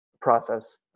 process